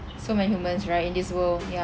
so many humans right in this world ya